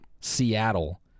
Seattle